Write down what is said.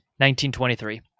1923